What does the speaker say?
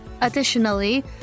Additionally